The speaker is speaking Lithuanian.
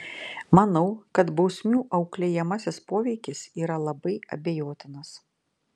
manau kad bausmių auklėjamasis poveikis yra labai abejotinas